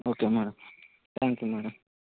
okay madam thank you madam